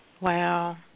Wow